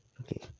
Okay